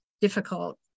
difficult